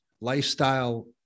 lifestyle